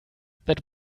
that